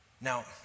Now